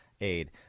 aid